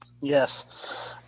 Yes